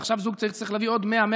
ועכשיו זוג צעיר צריך להביא עוד 100,000